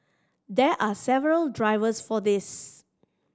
there are several drivers for this